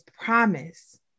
promise